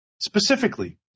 specifically